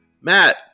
Matt